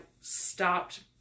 stopped